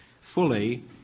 fully